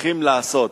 צריכים לעשות.